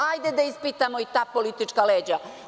Hajde da ispitamo i ta politička leđa.